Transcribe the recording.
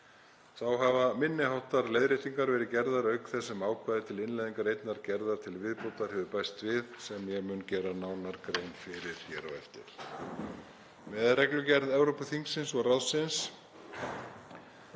Þá hafa minni háttar leiðréttingar verið gerðar auk þess sem ákvæði til innleiðingar einnar gerðar til viðbótar hefur bæst við, sem ég mun gera nánar grein fyrir hér á eftir. Með reglugerð Evrópuþingsins og ráðsins